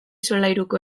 solairuko